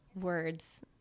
words